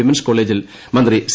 women's കോളേജിൽ മന്ത്രി C